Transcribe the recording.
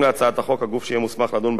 הגוף שיהיה מוסמך לדון בעבירות המשמעת